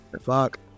fuck